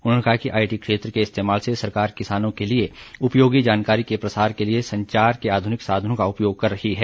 उन्होंने कहा कि आईटी क्षेत्र के इस्तेमाल से सरकार किसानों के लिए उपयोगी जानकारी के प्रसार के लिए संचार के आध्रनिक साधनों का उपयोग कर रही है